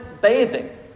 bathing